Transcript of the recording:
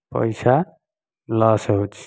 ପଇସା ଲସ ହେଉଛି